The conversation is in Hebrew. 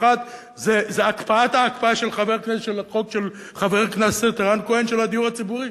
האחת זה הקפאת ההקפאה של החוק של חבר הכנסת רן כהן על הדיור הציבורי.